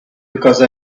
because